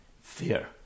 fear